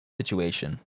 situation